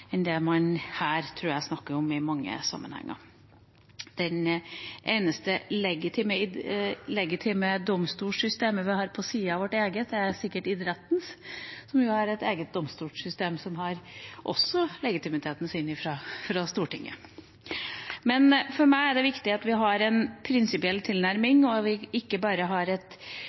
i mange sammenhenger. Det eneste legitime domstolssystemet vi har på siden av vårt eget, er trolig idrettens, som har et eget domstolssystem, som også har legitimiteten sin fra Stortinget. For meg er det viktig at vi har en prinsipiell tilnærming, og at vi ikke bare har et